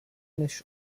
než